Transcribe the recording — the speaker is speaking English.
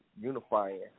unifying